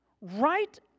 right